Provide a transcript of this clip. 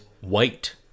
white